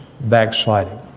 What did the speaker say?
backsliding